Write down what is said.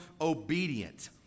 obedient